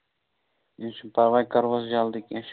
کیٚنٛہہ چھُ نہٕ پرواے کرہوس جلدی کیٚنٛہہ چھُنہٕ